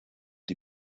die